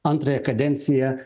antrąją kadenciją